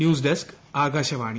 news desk Akashvani